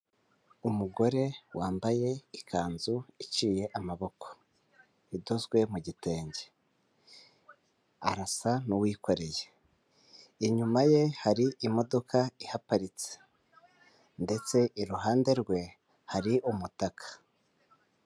Umugore wambaye ikanzu iciye amaboko, idozwe mu gitenge, arasa n'uwikoreye, inyuma ye hari imodoka iparitse, ndetse iruhande rwe hari umutaka.